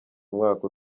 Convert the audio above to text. umwaka